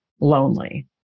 lonely